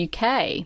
UK